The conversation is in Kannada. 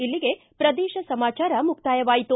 ಇಲ್ಲಿಗೆ ಪ್ರದೇಶ ಸಮಾಚಾರ ಮುಕ್ತಾಯವಾಯಿತು